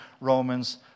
Romans